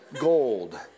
gold